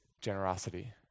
generosity